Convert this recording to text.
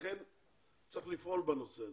לכן צריך לפעול בנושא הזה.